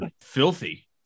filthy